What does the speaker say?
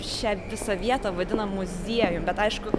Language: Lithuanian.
šią visą vietą vadinam muziejum bet aišku